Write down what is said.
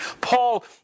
Paul